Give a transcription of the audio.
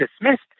dismissed